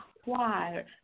acquire